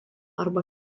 arba